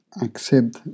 accept